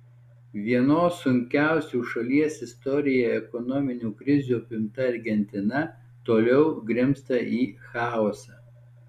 vienos sunkiausių šalies istorijoje ekonominių krizių apimta argentina toliau grimzta į chaosą